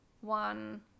one